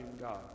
God